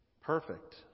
perfect